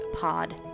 pod